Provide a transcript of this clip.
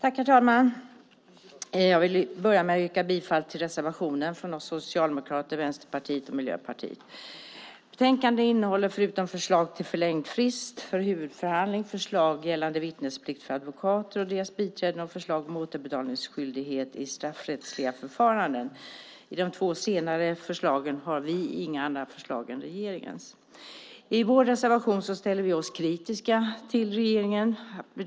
Herr talman! Jag vill börja med att yrka bifall till reservationen från Socialdemokraterna, Vänsterpartiet och Miljöpartiet. Betänkandet innehåller, förutom förslag till förlängd frist för huvudförhandling, förslag gällande vittnesplikt för advokater och deras biträden och förslag om återbetalningsskyldighet i straffrättsliga förfaranden. I de två senare fallen har vi inga andra förslag än regeringen. I vår reservation ställer vi oss kritiska till regeringens förslag.